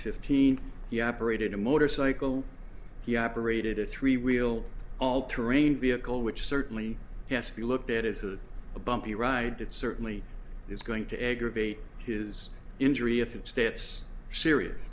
fifteen he aberrated a motorcycle he operated a three wheel all terrain vehicle which certainly has to be looked at as a bumpy ride that certainly is going to aggravate his injury if it states serious